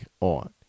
on